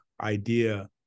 idea